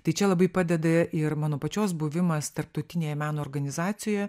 tai čia labai padeda ir mano pačios buvimas tarptautinėje meno organizacijoje